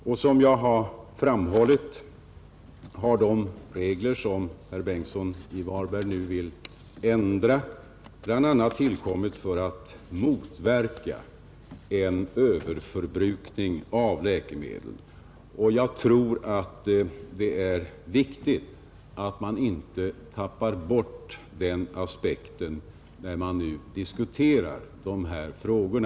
Såsom jag framhållit har de regler som herr Bengtsson i Varberg nu vill ändra bl.a. tillkommit för att motverka en överförbrukning av läkemedel. Jag tror att det är viktigt att man inte tappar bort den aspekten när man nu diskuterar dessa frågor.